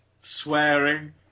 Swearing